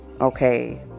Okay